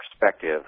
perspective